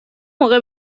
موقع